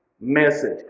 message